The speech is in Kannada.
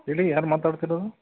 ಹೇಳಿ ಯಾರು ಮಾತಾಡ್ತಿರೋದು